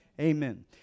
Amen